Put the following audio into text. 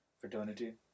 fraternity